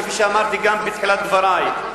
כפי שאמרתי גם בתחילת דברי,